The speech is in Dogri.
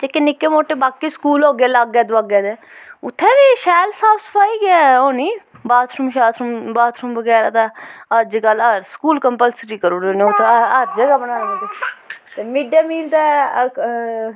जेह्के निक्के मुट्टे बाकी स्कूल होगे लागै दोआगे दे उत्थे बी शैल साफ़ सफाई गै होनी बाथरूम शाथरूम बाथरूम बगैरा ते अज्जकल हर स्कूल कंपलसरी करी ओड़े दा ओह् ते हर जगह् बनाने ते मिड डे मील ते